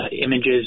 images